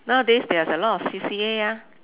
nowadays there's a lot of C_C_A ah